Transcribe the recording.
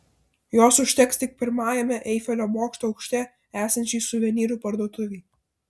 jos užteks tik pirmajame eifelio bokšto aukšte esančiai suvenyrų parduotuvei